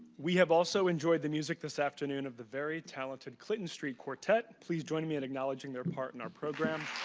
we have also enjoyed the music this afternoon of the very talented clinton street quartet. please join me in acknowledging their part in our program.